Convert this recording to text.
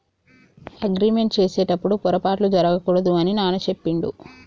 agreement చేసేటప్పుడు పొరపాట్లు జరగకూడదు అని నాన్న చెప్పిండు